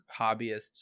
hobbyists